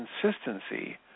consistency